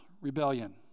rebellion